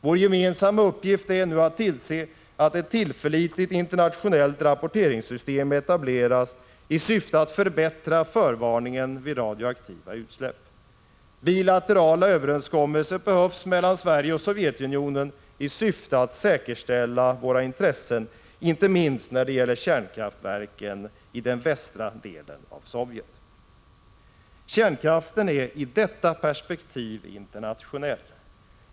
Vår gemensamma uppgift är nu att tillse att ett tillförlitligt internationellt rapporteringssystem etableras i syfte att förbättra förvarningen vid radioaktiva utsläpp. Bilaterala överenskommelser kan behövas mellan Sverige och Sovjetunionen i syfte att säkerställa våra intressen, inte minst när det gäller kärnkraftverken i den västra delen av Sovjet. Kärnkraften är i detta perspektiv internationell.